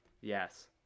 yes